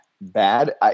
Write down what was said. bad